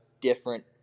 different